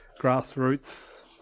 grassroots